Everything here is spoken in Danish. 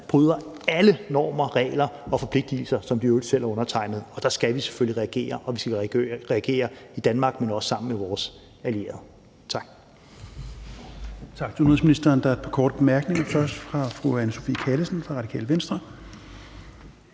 bryder alle normer og regler og forpligtigelser, som de i øvrigt selv har undertegnet, der skal vi selvfølgelig reagere, og vi skal reagere i Danmark, men også sammen med vores allierede. Tak.